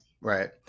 Right